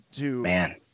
man